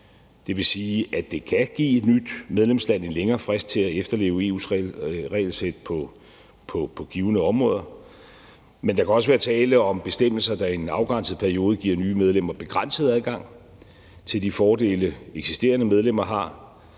Det vil sige, at det kan give et nyt medlemsland en længere frist til at efterleve EU's regelsæt på givne områder. Men der kan også være tale om bestemmelser, der i en afgrænset periode giver nye medlemmer begrænset adgang til de fordele, eksisterende medlemmer har.